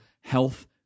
health